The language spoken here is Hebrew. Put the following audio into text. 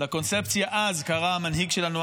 לקונספציה אז קרא המנהיג שלנו,